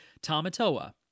Tamatoa